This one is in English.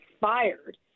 fired